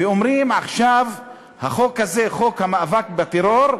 ואומרים: עכשיו החוק הזה, חוק המאבק בטרור,